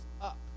up